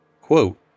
quote